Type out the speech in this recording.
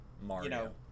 Mario